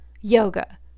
yoga